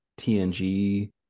TNG